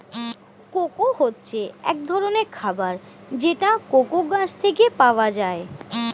cocoa হচ্ছে এক ধরনের খাবার যেটা কোকো গাছ থেকে পাওয়া যায়